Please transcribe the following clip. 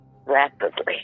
rapidly